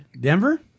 Denver